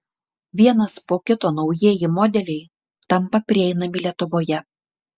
vienas po kito naujieji modeliai tampa prieinami lietuvoje